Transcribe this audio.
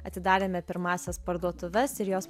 atidarėme pirmąsias parduotuves ir jos